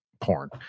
porn